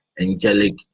angelic